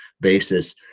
basis